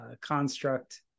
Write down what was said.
construct